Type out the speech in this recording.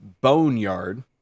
boneyard